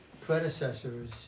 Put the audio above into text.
predecessors